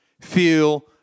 feel